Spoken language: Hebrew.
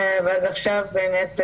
אז עכשיו זה באמת מתגשם.